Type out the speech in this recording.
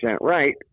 right